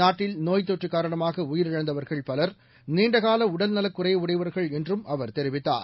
நாட்டில் நோய்த்தொற்றுகாரணமாகஉயிரிழந்தவர்கள் பவர் நீண்டகாவஉடல் நலக் குறைவுடையவர்கள் என்றும் அவர் தெரிவித்தார்